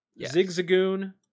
Zigzagoon